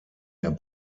der